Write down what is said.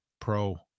pro